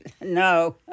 no